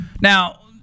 Now